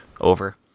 over